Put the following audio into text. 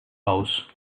house